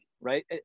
right